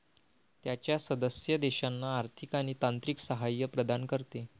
त्याच्या सदस्य देशांना आर्थिक आणि तांत्रिक सहाय्य प्रदान करते